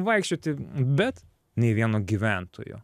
vaikščioti bet nei vieno gyventojo